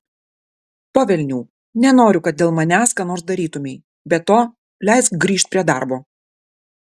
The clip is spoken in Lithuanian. po velnių nenoriu kad dėl manęs ką nors darytumei be to leisk grįžt prie darbo